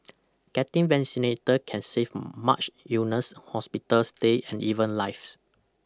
getting vaccinated can save much illness hospital stay and even lives